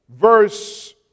verse